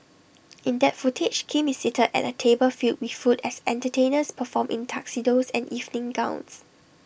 in that footage Kim is seated at A table filled with food as entertainers perform in tuxedos and evening gowns